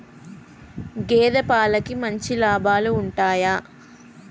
గేదే పాలకి మంచి లాభాలు ఉంటయా?